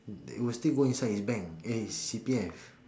it will still go inside his bank eh his C_P_F